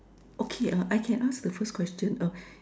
okay err I can ask the first question err